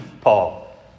paul